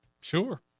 Sure